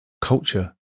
culture